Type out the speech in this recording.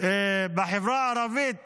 בחברה הערבית